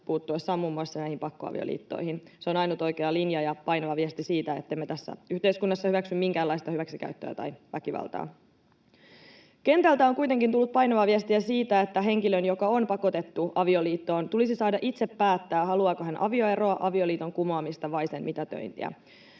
puuttuessaan muun muassa näihin pakkoavioliittoihin. Se on ainut oikea linja ja painava viesti siitä, että emme tässä yhteiskunnassa hyväksy minkäänlaista hyväksikäyttöä tai väkivaltaa. Kentältä on kuitenkin tullut painavaa viestiä siitä, että henkilön, joka on pakotettu avioliittoon, tulisi saada itse päättää, haluaako hän avioeroa, avioliiton kumoamista vai sen mitätöintiä.